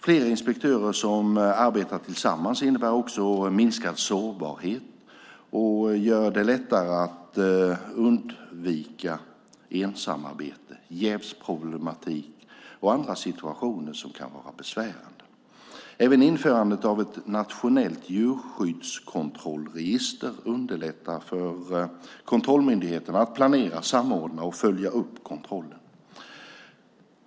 Fler inspektörer som arbetar tillsammans innebär också minskad sårbarhet och gör det lättare att undvika ensamarbete, jävsproblematik och andra situationer som kan vara besvärande. Även införandet av ett nationellt djurskyddskontrollregister underlättar för kontrollmyndigheterna att planera, samordna och följa upp kontrollen.